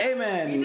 Amen